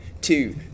two